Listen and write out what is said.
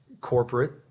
corporate